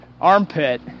armpit